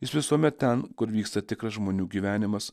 jis visuomet ten kur vyksta tikras žmonių gyvenimas